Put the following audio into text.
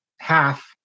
half